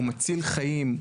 הוא מציל חיים,